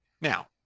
Now